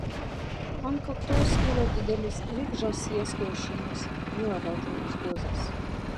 ant kaktos kilo didelis lyg žąsies kiaušinis violetinis guzas